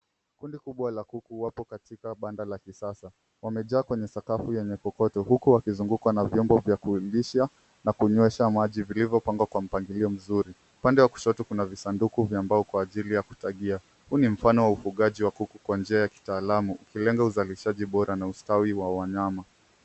Kundi kubwa la kuku wapo katika banda la kisasa. Wamejaa kwenye sakafu yenye kokoto huku wakizungukwa na vyombo vya kulisha na kunyweshwa maji vilivyopangwa kwa mpangilio mzuri. Upande wa kushoto kuna visanduku vya mbao kwa ajili ya kutagia. Huu ni mfano wa ufugaji wa kuku kwa njia ya kitaaluma ikilenga uzalishaji bora na ustawi wa wanyama.